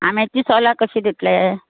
आ माय तीं सोलां कशीं दितले